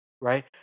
right